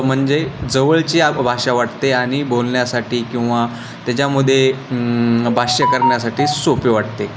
म्हणजे जवळची आ भाषा वाटते आणि बोलण्यासाठी किंवा त्याच्यामध्ये भाष्य करण्यासाठी सोपे वाटते